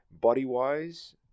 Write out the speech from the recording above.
body-wise